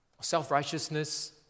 self-righteousness